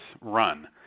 run